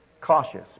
cautious